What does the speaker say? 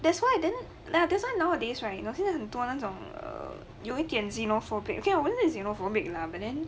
that's why then ya thats why nowadays right you know 会很多那种 err 有一点 xenophobic 不就 xenophobic lah but then